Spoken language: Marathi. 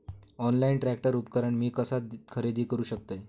ऑनलाईन ट्रॅक्टर उपकरण मी कसा खरेदी करू शकतय?